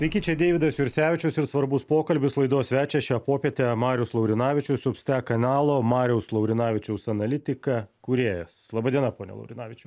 sveiki čia deividas jursevičius ir svarbus pokalbis laidos svečias šią popietę marius laurinavičius substek kanalo mariaus laurinavičiaus analitika kūrėjas laba diena pone laurinavičiau